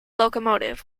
locomotive